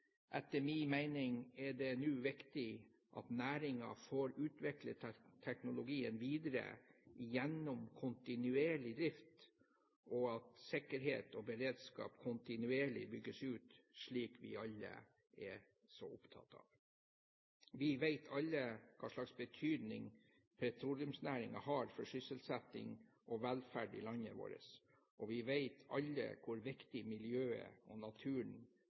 Etter min mening er det nå viktig at næringen får utvikle teknologien videre gjennom kontinuerlig drift, og at sikkerhet og beredskap kontinuerlig bygges ut, slik vi alle er så opptatt av. Vi vet alle hva slags betydning petroleumsnæringen har for sysselsetting og velferd i landet vårt, og vi vet alle hvor viktig miljøet og naturen